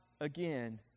again